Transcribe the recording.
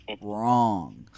wrong